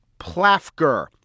plafker